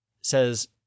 says